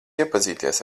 iepazīties